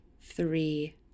three